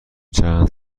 چند